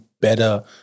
better